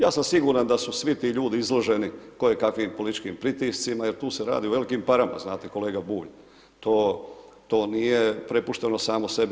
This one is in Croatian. Ja sam siguran da su svi ti ljudi izloženi koje kakvim političkim pritiscima jer tu se radi o velikim parama, znate kolega Bulj, to nije, prepušteno samo sebi.